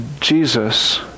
Jesus